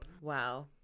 wow